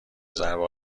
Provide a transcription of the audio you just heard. ضربه